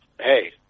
hey